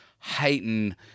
heighten